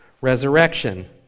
resurrection